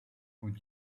would